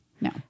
No